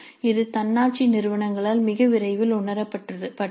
இது தன்னாட்சி நிறுவனங்களால் மிக விரைவில் உணரப்பட்டது